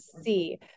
see